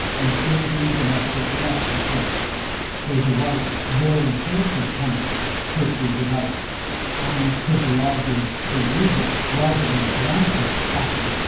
including domestic riot control' there's a worry law enforcement chemicals could be developed and could be argued to be legal, rather than a blanket ban,